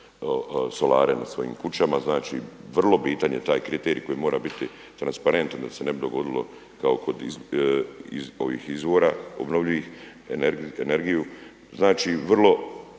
solare na svojim kućama. Znači, vrlo bitan je taj kriterij koji mora biti transparentan da se ne bi dogodilo kao kod ovih izvora ovih obnovljivih energiju. Znači, vrlo